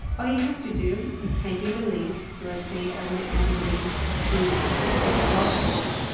all you have to do is type in the link, so let's say i want to add a link to a specific blog post.